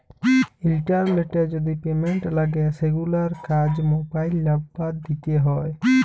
ইলটারলেটে যদি পেমেল্ট লাগে সেগুলার কাজ মোবাইল লামবার দ্যিয়ে হয়